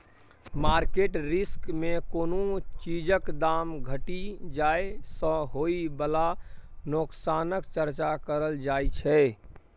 market risk मे कोनो चीजक दाम घटि जाइ सँ होइ बला नोकसानक चर्चा करल जाइ छै